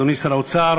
אדוני שר האוצר,